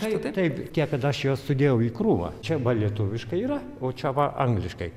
taip taip tiek kad aš juos sudėjau į krūvą čia lietuviškai yra o čia va angliškai